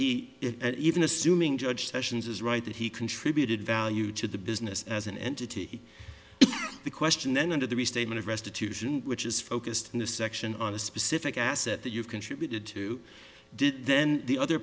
he even assuming judge sessions is right that he contributed value to the business as an entity the question then under the restatement of restitution which is focused in the section on a specific asset that you contributed to did then the other